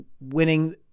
winning